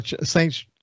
Saints